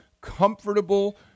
comfortable